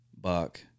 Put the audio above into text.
buck